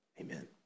Amen